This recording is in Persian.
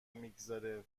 میگذاره